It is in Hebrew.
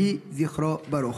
יהי זכרו ברוך.